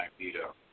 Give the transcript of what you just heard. Magneto